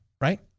right